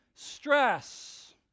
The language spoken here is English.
stress